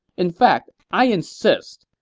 in fact, i insist.